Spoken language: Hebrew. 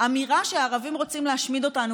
אמירה שהערבים רוצים להשמיד אותנו,